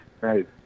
right